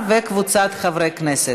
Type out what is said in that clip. [הצעת חוק פ/3466/20,